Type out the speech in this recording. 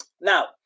now